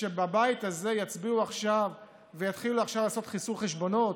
שבבית הזה יצביעו עכשיו ויתחילו עכשיו לעשות חיסול חשבונות?